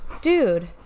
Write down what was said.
Dude